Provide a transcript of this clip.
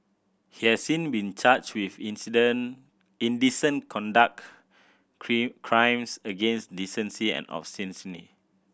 he has since been charged with indecent conduct crimes against decency and obscenity